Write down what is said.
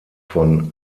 von